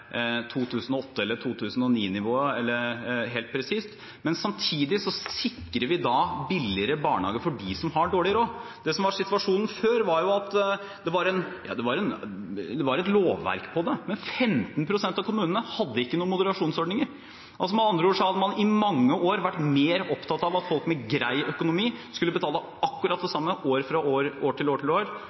eller på 2009-nivå, men samtidig sikrer vi billigere barnehageplass for dem som har dårlig råd. Det som var situasjonen før, var at det var et lovverk for dette, men 15 pst. av kommunene hadde ingen moderasjonsordninger. Med andre ord hadde man i mange år vært mer opptatt av at folk med grei økonomi skulle betale akkurat det samme fra år til år til